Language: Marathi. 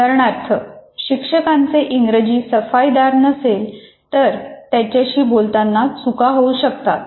उदाहरणार्थ शिक्षकाचे इंग्रजी सफाईदार नसेल तर त्याच्याशी बोलताना चुका होऊ शकतात